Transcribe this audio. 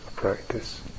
practice